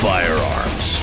Firearms